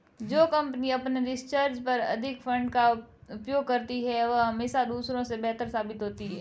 जो कंपनी अपने रिसर्च पर अधिक फंड का उपयोग करती है वह हमेशा दूसरों से बेहतर साबित होती है